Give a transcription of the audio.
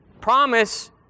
Promise